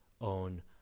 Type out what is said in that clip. own